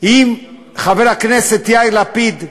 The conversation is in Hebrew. אם חבר הכנסת יאיר לפיד,